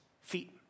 feet